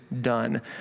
done